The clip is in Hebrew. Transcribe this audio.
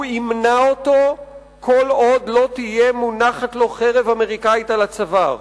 הוא ימנע אותו כל עוד לא תהיה מונחת לו חרב אמריקאית על הצוואר.